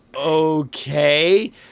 okay